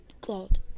Cloud